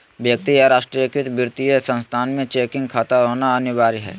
व्यक्ति का राष्ट्रीयकृत वित्तीय संस्थान में चेकिंग खाता होना अनिवार्य हइ